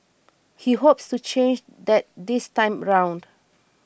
he hopes to change that this time round